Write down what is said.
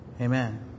Amen